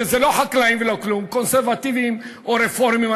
שזה לא חקלאים ולא כלום קונסרבטיבים או רפורמים,